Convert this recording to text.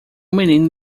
menino